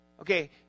Okay